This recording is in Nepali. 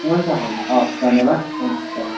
हुन्छ हुन्छ हवस् धन्यवाद हुन्छ